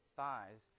thighs